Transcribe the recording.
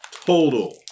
total